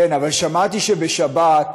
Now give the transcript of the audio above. שמעתי שבשבת,